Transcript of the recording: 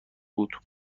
بود